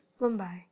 Mumbai